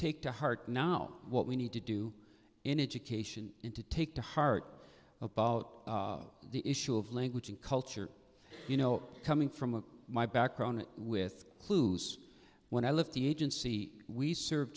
take to heart now what we need to do in education in to take to heart about the issue of language and culture you know coming from my background with clues when i left the agency we serve